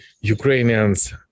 ukrainians